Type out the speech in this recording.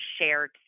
shared